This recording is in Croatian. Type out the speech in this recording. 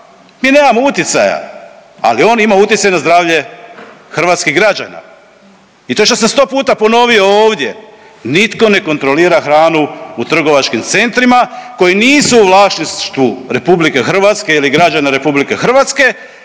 mi nemamo utjecaja, ali on ima utjecaj na zdravlje hrvatskih građana i to je što sam sto puta ponovio ovdje, nitko ne kontrolira hranu u trgovačkim centrima koji nisu u vlasništvu RH ili građana RH, oni prodaju